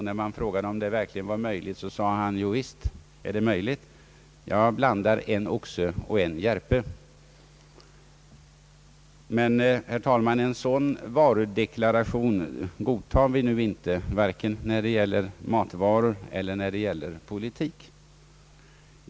När man frågade om det verkligen var möjligt sade han att han blandar en oxe och en järpe. Men, herr talman, en sådan varudeklaration godtar vi nu inte, vare sig när det gäller matvaror eller när det gäller politik.